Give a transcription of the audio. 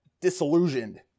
disillusioned